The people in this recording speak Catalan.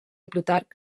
plutarc